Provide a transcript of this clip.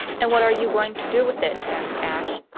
and what are you going to do with it? asked ashe.